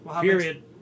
Period